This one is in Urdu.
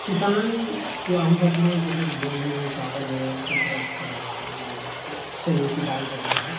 کسان جو اہم فصلیں جیسے گیہوں ہیں چاول ہے اسی طرح کا وہ چنے کی دال وغیرہ ہیں